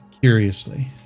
curiously